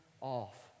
off